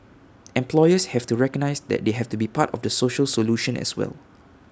employers have to recognise that they have to be part of the social solution as well